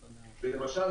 ולמשל,